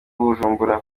bujumbura